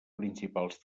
principals